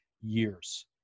years